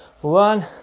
one